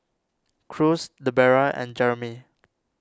Cruz Debera and Jeremie